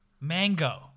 mango